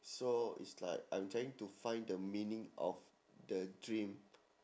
so it's like I'm trying to find the meaning of the dream